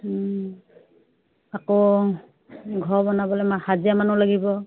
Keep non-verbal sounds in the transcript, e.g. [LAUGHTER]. আকৌ ঘৰ বনাবলৈ [UNINTELLIGIBLE] হাজিৰা মানুহ লাগিব